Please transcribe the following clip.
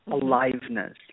aliveness